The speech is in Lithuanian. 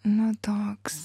nu toks